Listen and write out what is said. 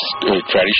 tradition